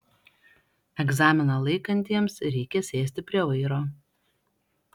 egzaminą laikantiems reikia sėsti prie vairo